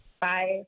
Bye